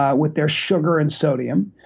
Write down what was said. ah with their sugar and sodium,